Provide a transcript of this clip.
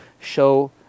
show